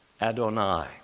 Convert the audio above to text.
Adonai